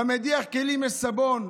במדיח הכלים יש סבון.